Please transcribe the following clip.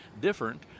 different